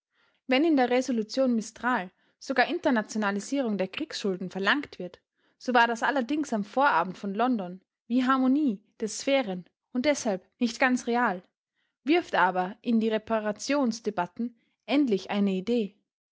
wenn in der resolution mistral sogar internationalisierung der kriegsschulden verlangt wird so war das allerdings am vorabend von london wie harmonie der sphären und deshalb nicht ganz real wirft aber in die reparationsdebatten endlich eine idee